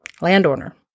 Landowner